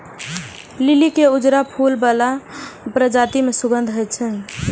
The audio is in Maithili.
लिली के उजरा फूल बला प्रजाति मे सुगंध होइ छै